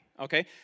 okay